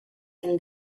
can